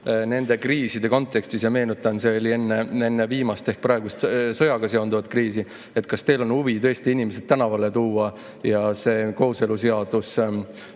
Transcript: nende kriiside kontekstis – meenutan, et see oli enne viimast ehk praegust sõjaga seonduvat kriisi – on teil huvi inimesed tänavale tuua ja suruda see kooseluseadus